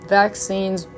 vaccines